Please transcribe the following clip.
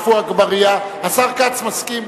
אגבאריה, השר כץ מסכים,